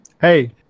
Hey